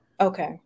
okay